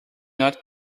not